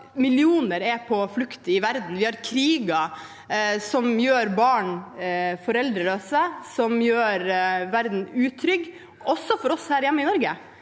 Millioner er på flukt i verden, det er kriger som gjør barn foreldreløse, og som gjør verden utrygg, også for oss her hjemme i Norge.